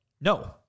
no